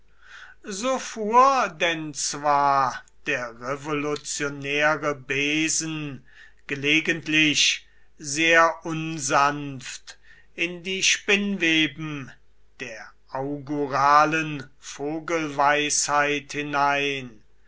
so fuhr denn zwar der revolutionäre besen gelegentlich sehr unsanft in die spinnweben der auguralen vogelweisheit hinein